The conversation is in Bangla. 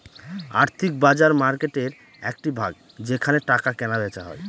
আর্থিক বাজার মার্কেটের একটি ভাগ যেখানে টাকা কেনা বেচা হয়